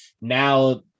now